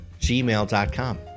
gmail.com